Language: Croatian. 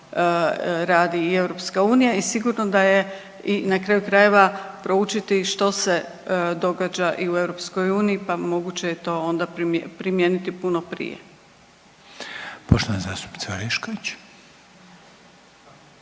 radi i EU i sigurno da je i na kraju krajeva proučiti što se događa i u EU pa moguće je i to onda primijeniti puno prije. **Reiner, Željko